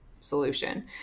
solution